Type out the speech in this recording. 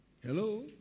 Hello